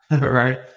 Right